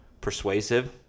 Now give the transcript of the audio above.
persuasive